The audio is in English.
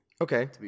Okay